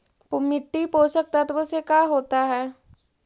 मिट्टी पोषक तत्त्व से का होता है?